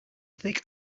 thick